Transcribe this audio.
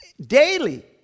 daily